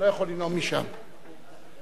תועבר להמשך דיון בוועדת הפנים והגנת הסביבה.